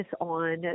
on